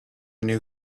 knew